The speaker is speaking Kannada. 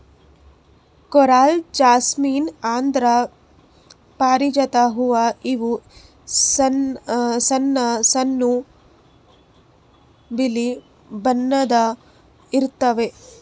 ಕೊರಲ್ ಜಾಸ್ಮಿನ್ ಅಂದ್ರ ಪಾರಿಜಾತ ಹೂವಾ ಇವು ಸಣ್ಣ್ ಸಣ್ಣು ಬಿಳಿ ಬಣ್ಣದ್ ಇರ್ತವ್